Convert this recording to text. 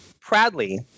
proudly